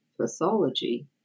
pathology